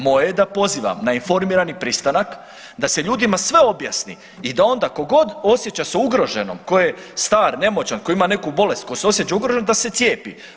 Moje je da pozivam na informirani pristanak, da se ljudima sve objasni i da onda tko god osjeća se ugroženom, tko je star, nemoćan, koji ima neku bolesti, koji se osjeća ugroženim da se cijepi.